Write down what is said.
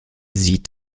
sie